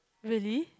really